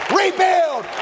rebuild